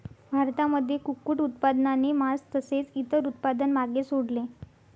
भारतामध्ये कुक्कुट उत्पादनाने मास तसेच इतर उत्पादन मागे सोडले